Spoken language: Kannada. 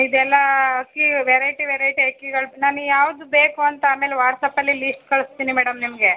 ಇದೆಲ್ಲ ಅಕ್ಕಿ ವೆರೈಟಿ ವೆರೈಟಿ ಅಕ್ಕಿಗಳು ನಾನು ಯಾವ್ದು ಬೇಕು ಅಂತ ಆಮೇಲೆ ವಾಟ್ಸಾಪ್ಪಲ್ಲಿ ಲೀಸ್ಟ್ ಕಳಿಸ್ತೀನಿ ಮೇಡಮ್ ನಿಮಗೆ